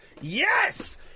Yes